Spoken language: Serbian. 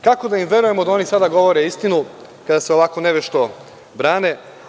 Kako da im verujemo da oni sada govore istinu kada se ovako nevešto brane?